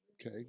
okay